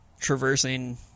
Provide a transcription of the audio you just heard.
traversing